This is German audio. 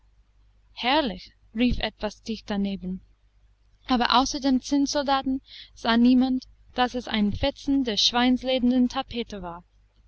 herrlich rief etwas dicht daneben aber außer dem zinnsoldaten sah niemand daß es ein fetzen der schweinsledernen tapete war